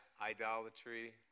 idolatry